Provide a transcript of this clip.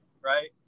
right